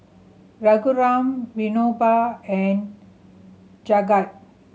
Raghuram Vinoba and Jagat